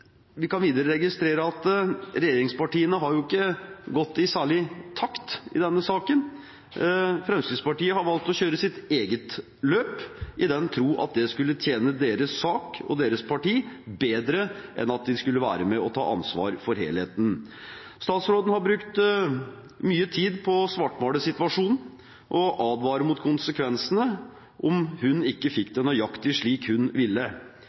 gått særlig i takt i denne saken. Fremskrittspartiet har valgt å kjøre sitt eget løp i den tro at det skulle tjene deres sak og deres parti bedre enn om de skulle være med og ta ansvar for helheten. Statsråden har brukt mye tid på å svartmale situasjonen og advare mot konsekvensene om hun ikke fikk det nøyaktig slik hun ville.